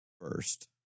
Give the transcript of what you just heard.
first